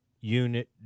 unit